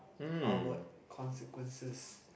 our consequences